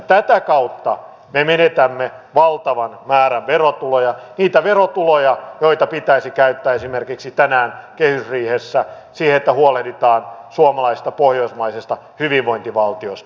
tätä kautta me menetämme valtavan määrän verotuloja niitä verotuloja joita pitäisi käyttää esimerkiksi tänään kehysriihessä siihen että huolehditaan suomalaisesta pohjoismaisesta hyvinvointivaltiosta